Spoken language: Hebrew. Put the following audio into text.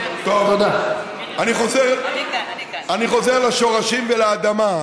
תודה טוב, אני חוזר לשורשים ולאדמה,